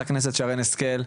חה"כ שרן השכל,